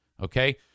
okay